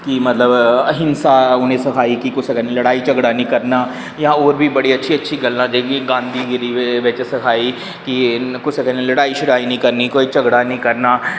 कि अहिंसा उनें सखाई कि लड़ाई झगड़ा निं करना ते होर बी अच्छी अच्छी गल्लां जेह्की गांधीगिरी बिच सखाई कि कुसै कन्नै लड़ाई निं करनी कोई झगड़ा निं करना